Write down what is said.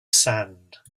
sand